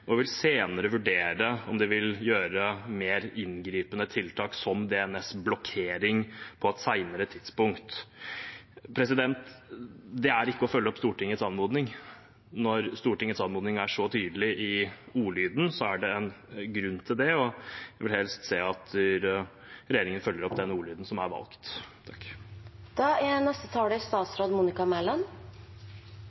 og senere vil vurdere om det vil gjøre mer inngripende tiltak som DNS-blokkering på et senere tidspunkt. Det er ikke å følge opp Stortingets anmodning. Når Stortingets anmodning er så tydelig i ordlyden, er det en grunn til det, og vi vil helst se at regjeringen følger opp den ordlyden som er valgt.